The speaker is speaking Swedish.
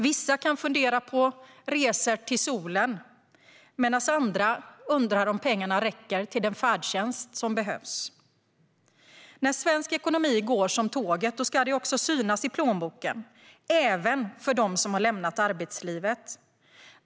Vissa kan fundera på resor till solen medan andra undrar om pengarna räcker till färdtjänsten. När svensk ekonomi går som tåget ska det också synas i plånboken, även för dem som har lämnat arbetslivet.